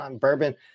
bourbon